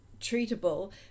treatable